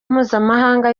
mpuzamahanga